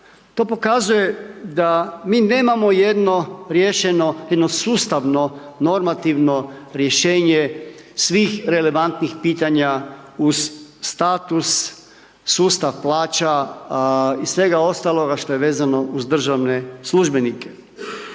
To pokazuje da mi nemamo jedno riješeno, jedno sustavno normativno rješenje svih relevantnih pitanja uz status, sustav plaća i svega ostalo što je vezano uz državne službenike.